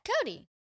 Cody